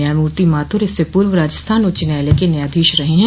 न्यायमूर्ति माथुर इससे पूर्व राजस्थान उच्च न्यायालय के न्यायाधीश रहे हैं